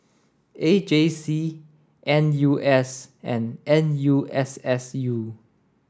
A J C N U S and N U S S U